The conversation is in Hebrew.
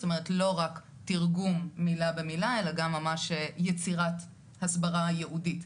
זאת אומרת לא רק תרגום מילה במילה אלא גם ממש יצירת הסברה ייעודית.